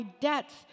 debts